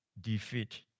defeat